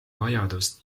vajadust